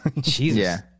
Jesus